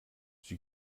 sie